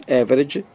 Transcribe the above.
average